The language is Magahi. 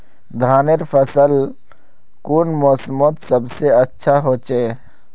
धानेर फसल कुन मोसमोत सबसे अच्छा होचे?